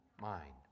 mind